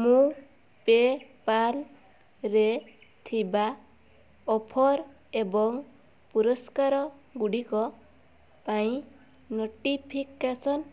ମୁଁ ପେପାଲ୍ରେ ଥିବା ଅଫର୍ ଏବଂ ପୁରସ୍କାର ଗୁଡ଼ିକ ପାଇଁ ନୋଟିଫିକେସନ୍